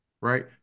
Right